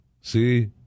see